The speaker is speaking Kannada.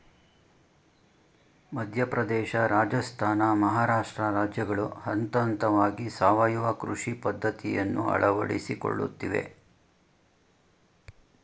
ಮಧ್ಯಪ್ರದೇಶ, ರಾಜಸ್ಥಾನ, ಮಹಾರಾಷ್ಟ್ರ ರಾಜ್ಯಗಳು ಹಂತಹಂತವಾಗಿ ಸಾವಯವ ಕೃಷಿ ಪದ್ಧತಿಯನ್ನು ಅಳವಡಿಸಿಕೊಳ್ಳುತ್ತಿವೆ